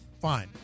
fine